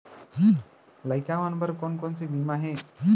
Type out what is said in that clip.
लइका मन बर कोन कोन से बीमा हे?